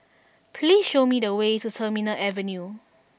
please show me the way to Terminal Avenue